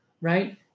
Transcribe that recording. right